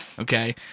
Okay